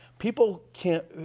people can't,